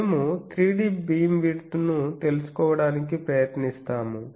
మేము 3D beamwidth ను తెలుసుకోవడానికి ప్రయత్నిస్తాము